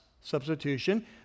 substitution